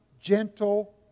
gentle